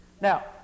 Now